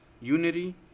unity